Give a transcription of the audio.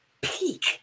peak